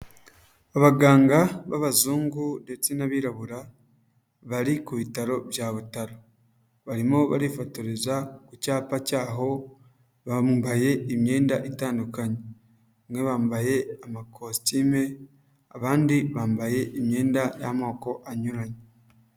Abaganga b'abazungu ndetse n'abirabura bari ku bitaro bya Butaro. Barimo barifotoreza ku cyapa cyaho, bambaye imyenda itandukanye. Bamwe bambaye amakositime abandi bambaye imyenda y'amoko anyuranye.